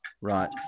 right